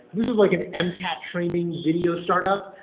this was like a ah mcat training video startup.